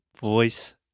Voice